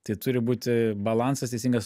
tai turi būti balansas teisingas